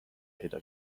پیدا